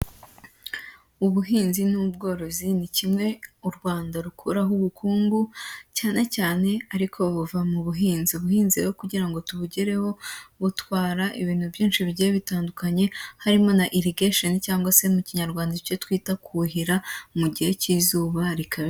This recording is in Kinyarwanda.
Ubuhinzi n'ubworozi ni kimwe u Rwanda rukuraho ubukungu, cyane cyane ariko buva mu buhinzi, ubuhinzi rero kugira ngo tubugereho butwara ibintu byinshi bigiye bitandukanye harimo na irigasheni cyangwa se mu kinyarwanda icyo twita kuhira mu gihe k'izuba rika...